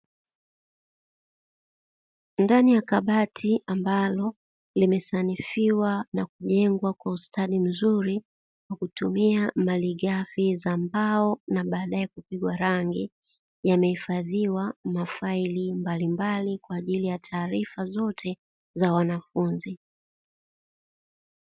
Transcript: Ndani ya kabati ambalo limesanifiwa na kujengwa kwa ustadi mzuri, kwa kutumia malighafi za mbao na baadae kupigwa rangi, yamehifadhiwa mafaili mbalimbali kwa ajili ya taarifa zote za wanafunzi.